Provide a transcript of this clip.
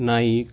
Naik